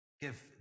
give